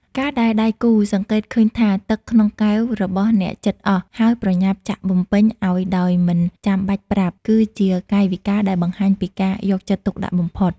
ការដែលដៃគូសង្កេតឃើញថាទឹកក្នុងកែវរបស់អ្នកជិតអស់ ហើយប្រញាប់ចាក់បំពេញឱ្យដោយមិនចាំបាច់ប្រាប់ គឺជាកាយវិការដែលបង្ហាញពីការយកចិត្តទុកដាក់បំផុត។